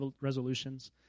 resolutions